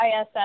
ISS